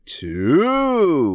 two